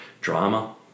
drama